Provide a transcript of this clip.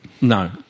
No